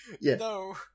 No